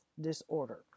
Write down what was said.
disorder